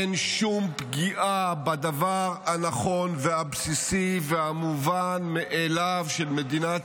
אין שום פגיעה בדבר הנכון והבסיסי והמובן-מאליו של מדינת